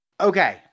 Okay